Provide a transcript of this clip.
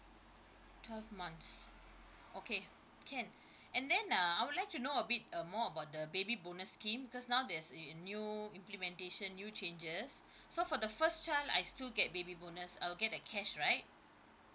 twelve months okay can and then uh I would like to know a bit uh more about the baby bonus scheme because now there's a new implementation new changes so for the first child I still get baby bonus I'll get a cash right